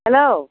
hello